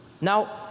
Now